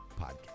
podcast